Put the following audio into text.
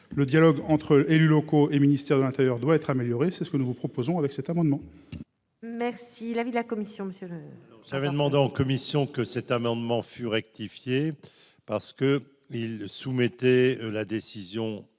le dialogue entre élus locaux et ministère de l'Intérieur, doit être améliorée, c'est ce que nous vous proposons avec cet amendement. Merci l'avis de la commission monsieur le. ça demandé en commission que cet amendement fut rectifier parce que ils soumettaient la décision